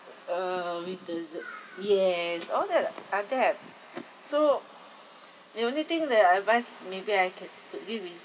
uh with the the yes all the all debts so the only thing that I advise maybe I can is